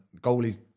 goalies